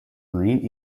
marine